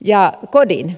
ja kodin